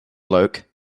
bloke